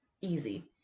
easy